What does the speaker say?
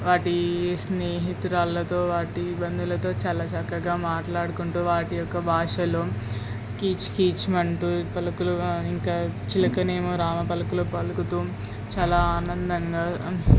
వాటి స్నేహితురాళ్ళతో వాటి బంధువులతో చాలా చక్కగా మాట్లాడుకుంటూ వాటి యొక్క భాషలో కీచు కీచుమంటూ పలుకులు కానీ ఇంకా చిలకేమో రామ పలుకులు పలుకుతూ చాలా ఆనందంగా